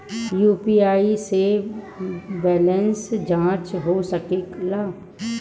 UPI से balance जाँच हो सके ला?